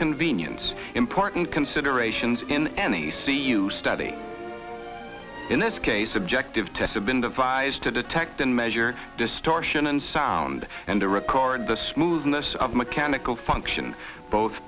convenience important considerations in any c you study in this case objective test have been devised to detect and measure distortion and sound and to record the smoothness of mechanical function both